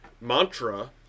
mantra